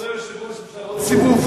כבוד היושב-ראש, אפשר עוד סיבוב?